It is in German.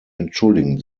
entschuldigen